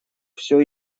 всё